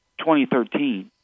2013